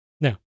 Now